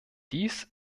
dies